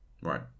right